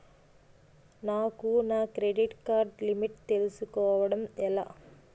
నాకు నా credit card limit తెలుసుకోవడం ఎలా?